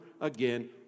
again